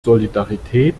solidarität